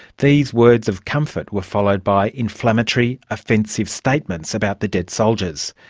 these words of comfort were followed by inflammatory, offensive statements about the dead soldiers.